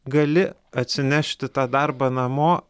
gali atsinešti tą darbą namo